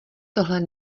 tohle